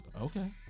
okay